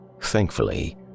thankfully